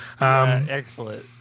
Excellent